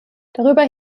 darüber